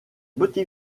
petit